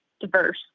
diverse